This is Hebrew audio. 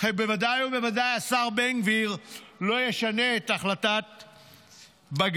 בוודאי ובוודאי השר בן גביר לא ישנה את החלטת בג"ץ.